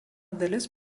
dalis